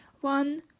one